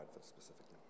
specifically